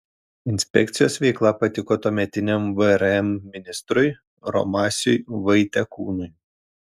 inspekcijos veikla patiko tuometiniam vrm ministrui romasiui vaitekūnui